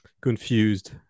confused